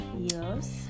Yes